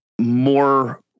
more